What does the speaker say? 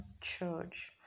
church